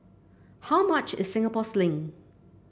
how much is Singapore Sling